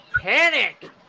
panic